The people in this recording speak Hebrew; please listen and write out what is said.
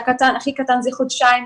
שהכי קטן הוא בן חודשיים,